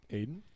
aiden